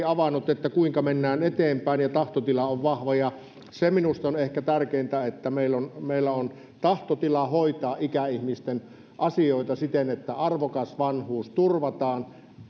avannut kuinka mennään eteenpäin ja tahtotila on vahva se minusta on ehkä tärkeintä että meillä on meillä on tahtotila hoitaa ikäihmisten asioita siten että arvokas vanhuus turvataan